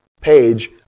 page